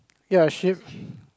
ya she